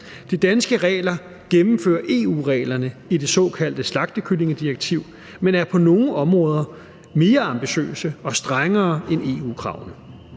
De danske regler gennemfører EU-reglerne i det såkaldte slagtekyllingedirektiv, men er på nogle områder mere ambitiøse og strengere end EU-kravene.